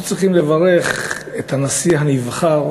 אנחנו צריכים לברך את הנשיא הנבחר,